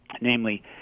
namely